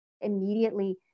immediately